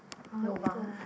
lobang